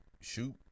shoot